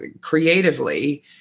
creatively